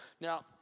Now